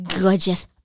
gorgeous